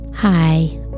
Hi